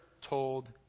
told